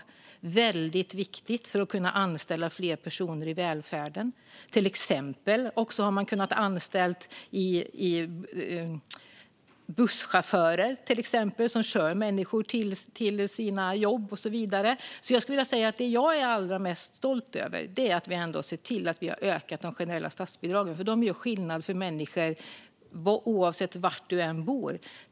Det är väldigt viktigt för att kunna anställa fler personer i välfärden, till exempel busschaufförer som kör människor till deras jobb och så vidare. Jag är allra mest stolt över att vi har sett till att öka de generella statsbidragen. De gör skillnad för människor, oavsett var man bor.